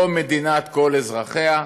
לא מדינת כל אזרחיה,